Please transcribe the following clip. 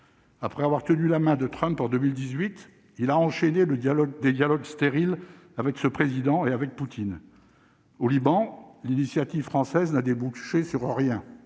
après avoir tenu la main de pour 2018, il a enchaîné le dialogue des dialogues stériles avec ce président et avec Poutine au Liban l'initiative française n'a débouché sur rien